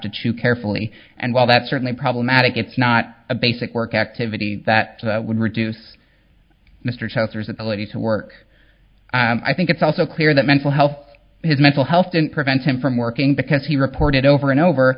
to chew carefully and while that certainly problematic if not a basic work activity that would reduce mr chester's ability to work i think it's also clear that mental health his mental health didn't prevent him from working because he reported over and over